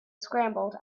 scrambled